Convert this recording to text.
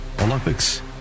Olympics